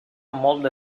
molt